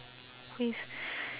with